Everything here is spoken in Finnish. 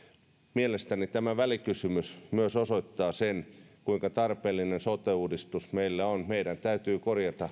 mielestäni tämä välikysymys myös osoittaa sen kuinka tarpeellinen sote uudistus meillä on meidän täytyy korjata